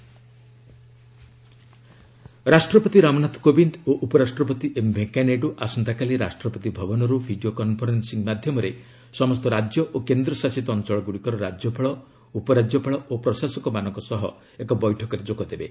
ପ୍ରେଜ୍ video conference ରାଷ୍ଟ୍ରପତି ରାମନାଥ କୋବିନ୍ଦ ଓ ଉପରାଷ୍ଟ୍ରପତି ଏମ୍ ଭେଙ୍କୟା ନାଇଡ଼ୁ ଆସନ୍ତାକାଲି ରାଷ୍ଟ୍ରପତି ଭବନରୁ ଭିଡ଼ିଓ କନଫରେନ୍ସିଂ ମାଧ୍ୟମରେ ସମସ୍ତ ରାଜ୍ୟ ଓ କେନ୍ଦ୍ର ଶାସିତ ଅଞ୍ଚଳଗୁଡ଼ିକର ରାଜ୍ୟପାଳ ଉପରାଜ୍ୟପାଳ ଓ ପ୍ରଶାସକମାନଙ୍କ ସହ ଏକ ବୈଠକରେ ଯୋଗ ଦେବେ